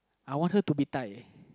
I want her to be Thai